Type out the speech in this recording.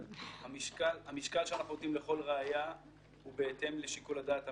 המשקל שאנחנו נותנים לכל ראיה הוא בהתאם לשיקול הדעת המינהלי.